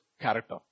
character